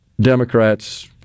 Democrats